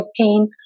pain